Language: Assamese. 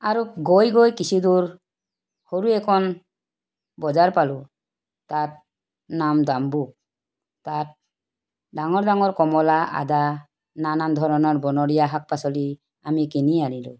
আৰু গৈ গৈ কিছু দূৰ সৰু এখন বজাৰ পালোঁ তাত নাম ডাম্বুক তাত ডাঙৰ ডাঙৰ কমলা আদা নানান ধৰণৰ বনৰীয়া শাক পাচলি আমি কিনি আনিলোঁ